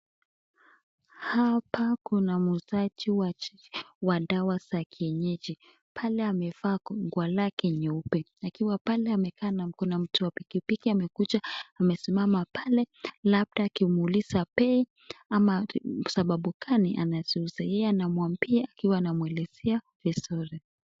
Hapa kuna muuzaji wa dawa za kienyeji. Pale amevaa nguo lake nyeupe. Akiwa pale amekaa na kuna mtu wa pikipiki amekuja amesimama pale labda akimuuliza bei ama sababu gani anaziuza. Yeye anamwambia akiwa anamwelezea vizuri.